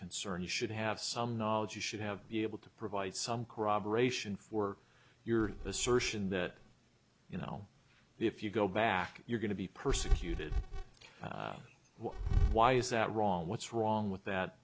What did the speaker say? concerns should have some knowledge you should have been able to provide some corroboration for your assertion that you know if you go back you're going to be persecuted why is that wrong what's wrong with that